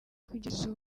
kugeza